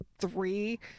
three